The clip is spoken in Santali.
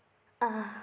ᱟ